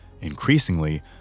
Increasingly